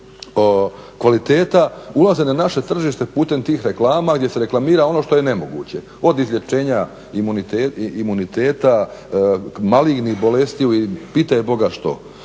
kvaliteta, ulaza na naše tržište putem tih reklama gdje se reklamira ono što je nemoguće od izlječenja imuniteta, malignih bolesti, pitaj Boga što